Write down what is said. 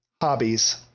hobbies